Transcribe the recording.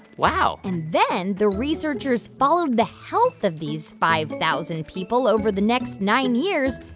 wow and then the researchers followed the health of these five thousand people over the next nine years.